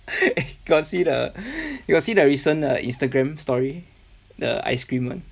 you got see the you got see the recent instagram story the ice cream one